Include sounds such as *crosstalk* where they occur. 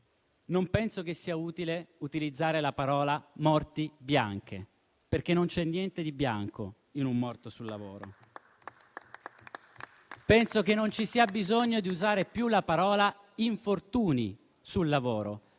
non penso che sia utile utilizzare l'espressione "morti bianche", perché non c'è niente di bianco in un morto sul lavoro. *applause* Penso che non ci sia più bisogno di usare la parola "infortuni" sul lavoro,